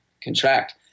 contract